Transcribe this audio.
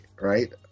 right